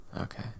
okay